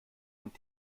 und